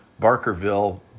Barkerville